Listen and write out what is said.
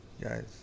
guys